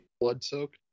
Blood-soaked